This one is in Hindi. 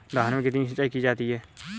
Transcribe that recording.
धान में कितनी सिंचाई की जाती है?